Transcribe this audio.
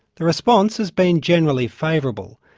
the response has been generally favourable.